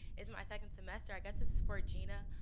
it's my second semester, i get to support gina,